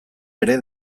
ere